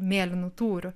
mėlynu tūriu